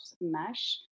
mesh